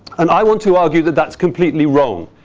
and i want to argue that that's completely wrong.